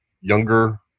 younger